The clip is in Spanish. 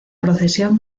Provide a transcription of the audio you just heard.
procesión